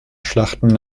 schlachten